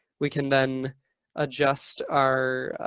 we can then adjust our